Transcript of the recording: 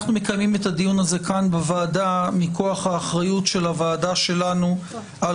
אנחנו מקיימים את הדיון הזה כאן בוועדה מכוח האחריות של הוועדה שלנו על